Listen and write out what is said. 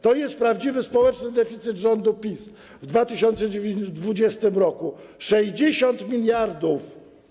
To jest prawdziwy społeczny deficyt rządu PiS w 2020 r. - 60 mld.